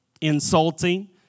insulting